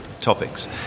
topics